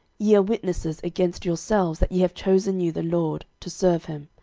ye are witnesses against yourselves that ye have chosen you the lord, to serve him.